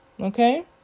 Okay